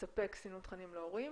לספק סינון תכנים להורים,